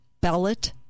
ballot